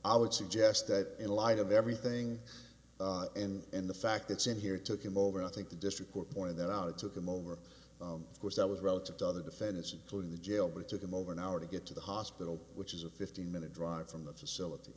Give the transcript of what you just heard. i would suggest that in light of everything and the fact it's in here took him over i think the district court pointed that out it took him over the course that was relative to other defendants including the jail but it took him over an hour to get to the hospital which is a fifteen minute drive from the facility